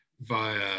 via